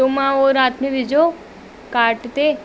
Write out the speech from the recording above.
त मां उहो राति में विझो काट ते